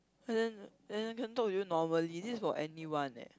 but then then I can talk with you normally this for anyone eh